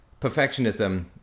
perfectionism